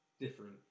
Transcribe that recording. different